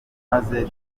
maze